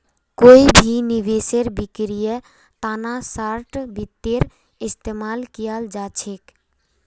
कोई भी निवेशेर बिक्रीर तना शार्ट वित्तेर इस्तेमाल कियाल जा छेक